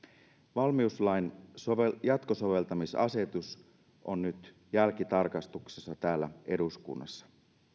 valmiuslain jatkosoveltamisasetus on nyt jälkitarkastuksessa täällä eduskunnassa